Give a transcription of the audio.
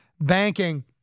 banking